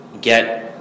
get